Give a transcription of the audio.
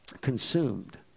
consumed